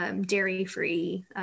dairy-free